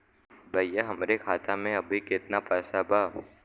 भईया हमरे खाता में अबहीं केतना पैसा बा?